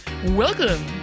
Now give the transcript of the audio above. Welcome